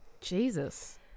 Jesus